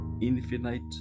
infinite